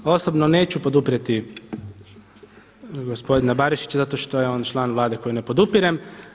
Osobno neću poduprijeti gospodina Barišića zato što je on član Vlade koju ne podupirem.